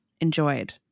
enjoyed